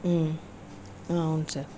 అవును సార్